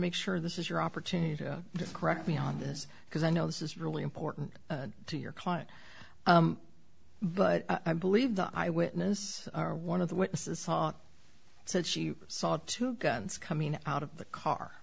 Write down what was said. make sure this is your opportunity to correct me on this because i know this is really important to your client but i believe the eye witness or one of the witnesses saw said she saw two guns coming out of the car